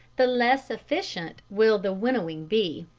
the less efficient will the winnowing be,